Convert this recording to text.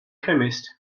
chemist